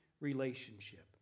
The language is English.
relationship